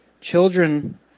Children